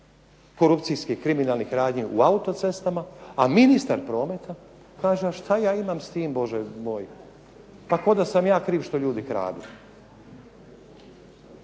korupcijskih, kriminalnih radnji u autocestama, a ministar prometa kaže a šta ja imam s tim Bože moj, pa kao da sam ja kriv što ljudi kradu.